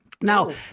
Now